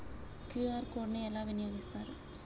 QR code ని ఎలా వినియోగిస్తారు?